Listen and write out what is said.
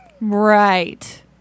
Right